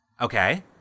Okay